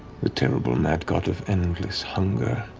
the terrible mad god of endless hunger